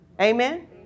Amen